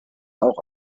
auch